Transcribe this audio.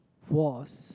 was